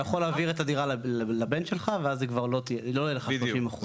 אתה יכול להעביר את הדירה לבן שלך ואז כבר לא יהיה לך 30%. בדיוק,